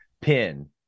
pin